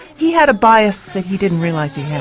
he had a bias that he didn't realise he had.